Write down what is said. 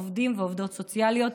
עובדים ועובדות סוציאליות.